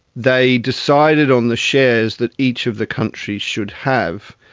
they decided on the shares that each of the countries should have,